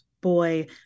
boy